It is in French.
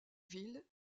ville